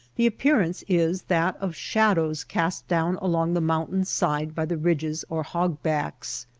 the appearance is that of shadows cast down along the mountain's side by the ridges or hogbacks.